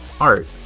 art